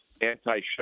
anti-ship